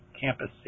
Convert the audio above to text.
campus